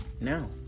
now